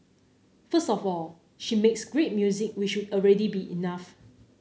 first of all she makes great music which would already be enough